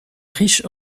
riche